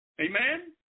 Amen